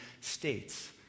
states